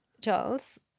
Charles